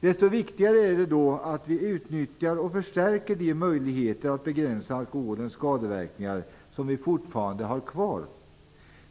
Desto viktigare är det då att vi utnyttjar och förstärker de möjligheter att begränsa alkoholens skadeverkningar som vi har kvar.